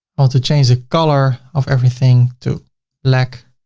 i want to change the color of everything to black